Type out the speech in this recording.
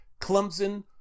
Clemson